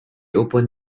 opened